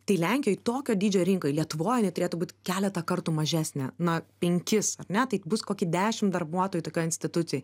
tai lenkijoj tokio dydžio rinkoj lietuvoj ji turėtų būt keletą kartų mažesnę na penkis ar ne bus kokį dešim darbuotojų tokioj institucijoj